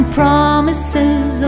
promises